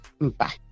Bye